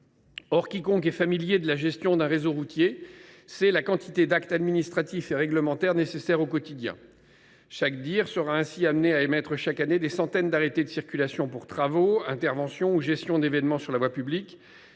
Or quiconque est familier de la gestion d’un réseau routier sait la quantité d’actes administratifs et réglementaires qui sont nécessaires au quotidien. Chaque direction interdépartementale des routes (DIR) sera ainsi amenée à émettre chaque année des centaines d’arrêtés de circulation pour travaux, interventions ou gestion d’événements sur la voie publique,